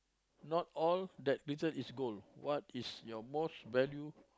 not all that glitters is gold what is your most value